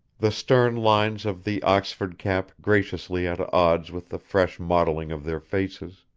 the stern lines of the oxford cap graciously at odds with the fresh modelling of their faces